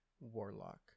warlock